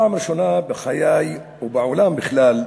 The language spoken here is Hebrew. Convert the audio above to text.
פעם ראשונה בחיי, ובעולם בכלל,